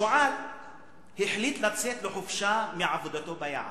השועל החליט לצאת לחופשה מעבודתו ביער.